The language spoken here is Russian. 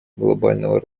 глобального